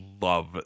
love